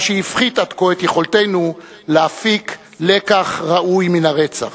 מה שהפחית עד כה את יכולתנו להפיק לקח ראוי מן הרצח.